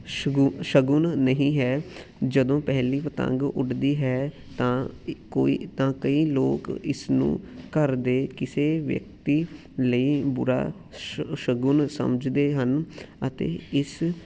ਸ਼ਗੁ ਸ਼ਗੁਨ ਨਹੀਂ ਹੈ ਜਦੋਂ ਪਹਿਲੀ ਪਤੰਗ ਉੱਡਦੀ ਹੈ ਤਾਂ ਕੋਈ ਤਾਂ ਕਈ ਲੋਕ ਇਸਨੂੰ ਘਰ ਦੇ ਕਿਸੇ ਵਿਅਕਤੀ ਲਈ ਬੁਰਾ ਸ਼ ਸ਼ਗੁਨ ਸਮਝਦੇ ਹਨ ਅਤੇ ਇਸ